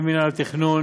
עם מינהל התכנון,